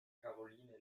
karoline